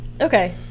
Okay